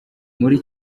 muri